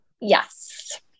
Yes